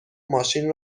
ماشین